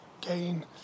gain